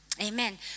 Amen